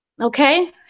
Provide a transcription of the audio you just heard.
Okay